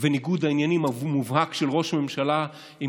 וניגוד העניינים המובהק של ראש ממשלה עם